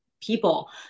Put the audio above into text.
people